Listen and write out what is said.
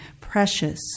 precious